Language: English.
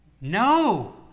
no